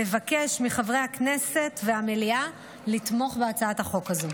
נבקש מחברי הכנסת והמליאה לתמוך בהצעת החוק הזו.